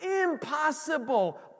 Impossible